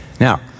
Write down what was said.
Now